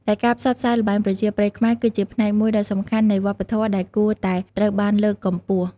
ដែលការផ្សព្វផ្សាយល្បែងប្រជាប្រិយខ្មែរ គឺជាផ្នែកមួយដ៏សំខាន់នៃវប្បធម៌ដែលគួរតែត្រូវបានលើកកម្ពស់។